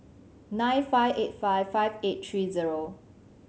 nine five eight five five eight three zero